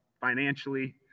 financially